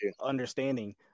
understanding